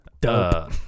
duh